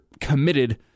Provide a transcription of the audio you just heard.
committed